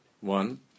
One